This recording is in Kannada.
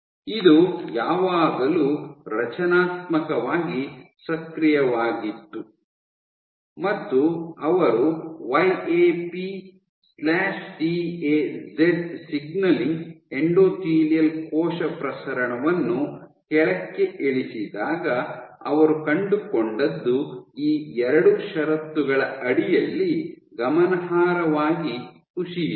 ಇದು ಯಾವಾಗಲೂ ರಚನಾತ್ಮಕವಾಗಿ ಸಕ್ರಿಯವಾಗಿತ್ತು ಮತ್ತು ಅವರು Y A P T A Z signalling endothelial ಕೋಶ ಪ್ರಸರಣವನ್ನು ಕೆಳಕ್ಕೆ ಇಳಿಸಿದಾಗ ಅವರು ಕಂಡುಕೊಂಡದ್ದು ಈ ಎರಡು ಷರತ್ತುಗಳ ಅಡಿಯಲ್ಲಿ ಗಮನಾರ್ಹವಾಗಿ ಕುಸಿಯಿತು